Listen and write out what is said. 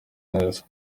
neza